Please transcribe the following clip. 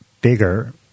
bigger